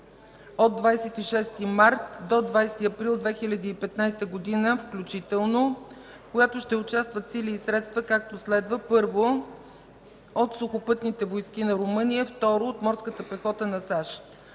от 26 март до 20 април 2015 г. включително, в която ще участват сили и средства, както следва: 1. от Сухопътните войски на Румъния; 2. от Морската пехота на САЩ.